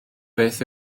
beth